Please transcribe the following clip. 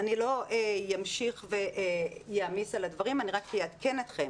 אני לא אמשיך ואעמיס על הדברים אבל אני רק אעדכן אתכם